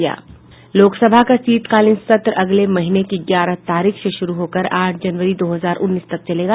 लोकसभा का शीतकालीन सत्र अगले महीने की ग्यारह तारीख से शुरू होकर आठ जनवरी दो हजार उन्नीस तक चलेगा